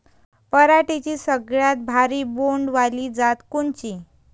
पराटीची सगळ्यात भारी बोंड वाली जात कोनची?